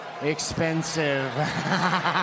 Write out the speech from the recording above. expensive